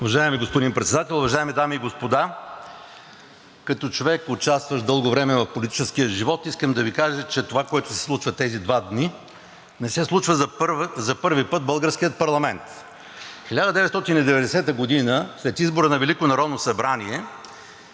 Уважаеми господин Председател, уважаеми дами и господа! Като човек, участващ дълго време в политическия живот, искам да Ви кажа, че това, което се случва тези два дни, не се случва за първи път в българския парламент. 1990 г. след избора на Велико народно събрание